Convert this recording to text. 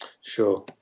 sure